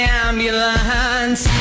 ambulance